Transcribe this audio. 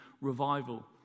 revival